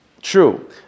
True